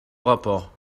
rapport